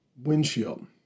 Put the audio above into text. windshield